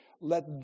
let